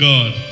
God